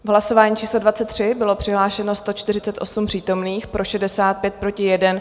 V hlasování číslo 23 bylo přihlášeno 148 přítomných, pro 65, proti 1.